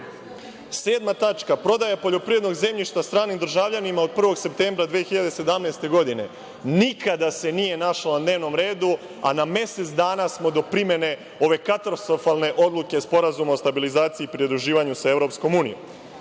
bila – prodaja poljoprivrednog zemljišta stranim državljanima od 1. septembra 2017. godine – nikada se nije našlo na dnevnom redu, a na mesec dana smo do primene ove katastrofalne odluke Sporazuma o stabilizaciji i pridruživanju sa